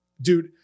dude